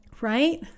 right